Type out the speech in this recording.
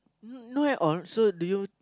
not at all so do you